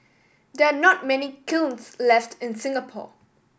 there are not many kilns left in Singapore